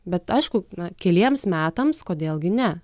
bet aišku na keliems metams kodėl gi ne